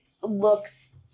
looks